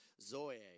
zoe